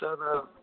तर